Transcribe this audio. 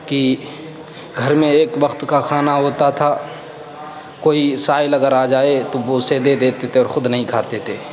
کہ گھر میں ایک وقت کا کھانا ہوتا تھا کوئی سائل اگر آ جائے تو وہ اسے دے دیتے تھے اور خود نہیں کھاتے تھے